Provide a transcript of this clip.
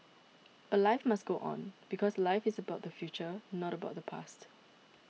but life must go on because life is about the future not about the past